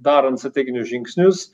darant strateginius žingsnius